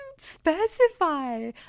specify